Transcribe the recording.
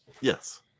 Yes